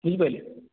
ବୁଝିପାରିଲେ